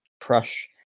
crush